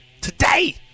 today